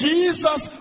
Jesus